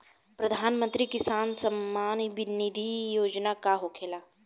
प्रधानमंत्री किसान सम्मान निधि योजना का होखेला?